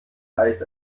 eis